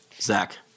Zach